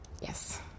Yes